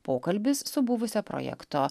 pokalbis su buvusia projekto